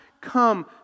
come